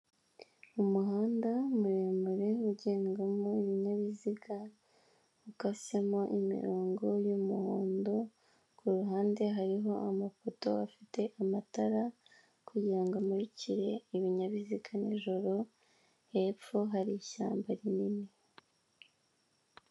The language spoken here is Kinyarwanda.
Umuhanda muremure ugendamo ibinyabiziga ukasemo imirongo y'umuhondo, kuruhande hariho amafoto afite amatara kugirango amurikire ibinyabiziga nijoro. Hepfo hari ishyamba rinini.